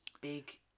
big